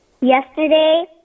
Yesterday